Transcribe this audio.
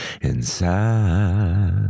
inside